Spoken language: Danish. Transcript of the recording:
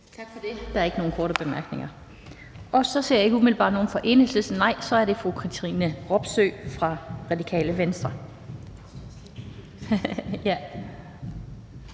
Tak for det. Der er ikke nogen korte bemærkninger. Jeg ser ikke umiddelbart nogen fra Enhedslisten, så nu er det fru Katrine Robsøe fra Radikale Venstre.